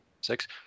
six